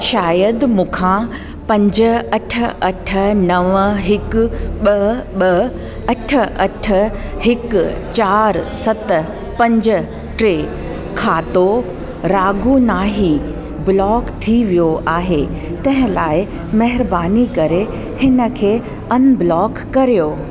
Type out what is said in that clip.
शायदि मूंखा पंज अठ अठ नव हिकु ॿ ॿ अठ अठ हिकु चार सत पंज टे खातो रागुनाहे ब्लोक थी वियो आहे तंहिं लाइ महिरबानी करे हिन खे अनब्लोक करियो